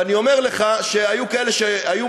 ואני אומר לך שהיו מנהיגים,